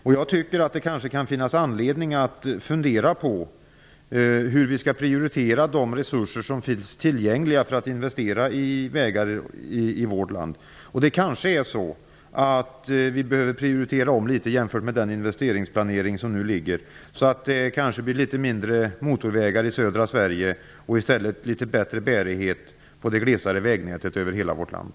Det kan kanske finnas anledning att fundera på hur vi skall prioritera de resurser som finns tillgängliga för att investera i vägar i vårt land. Vi kanske behöver prioritera om litet grand jämfört med den investeringsplanering som nu finns, så att det blir litet mindre motorvägar i södra Sverige och i stället litet bättre bärighet på det glesare vägnätet över hela vårt land.